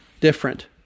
different